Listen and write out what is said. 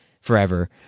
forever